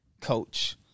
coach